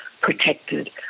protected